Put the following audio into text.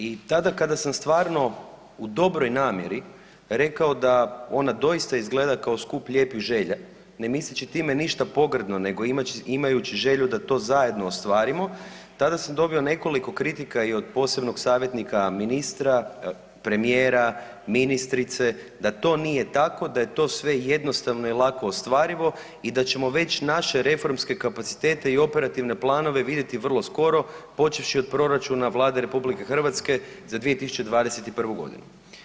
I tada kada sam stvarno u dobroj namjeri rekao da ona doista izgleda kao skup lijepih želja ne misleći time ništa pogrdno nego imajući želju da to zajedno ostvarimo, tada sam dobio nekoliko kritika i od posebnog savjetnika ministra, premijera, ministrice, da to nije tako, da je to sve jednostavno i lako ostvarivo i da ćemo već naše reformske kapacitete i operativne planove vidjeti vrlo skoro, počevši od proračuna Vlade RH za 2021. godinu.